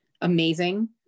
amazing